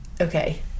okay